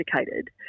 educated